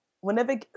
whenever